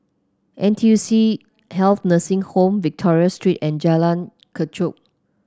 N T U C Health Nursing Home Victoria Street and Jalan Kechot